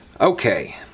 Okay